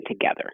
together